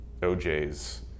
OJ's